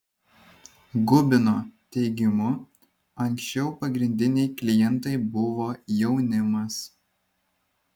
gubino teigimu anksčiau pagrindiniai klientai buvo jaunimas